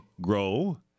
grow